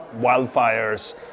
wildfires